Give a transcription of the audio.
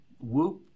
Whoop